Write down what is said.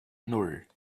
nan